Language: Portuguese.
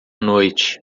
noite